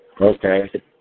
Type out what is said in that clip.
Okay